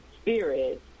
spirit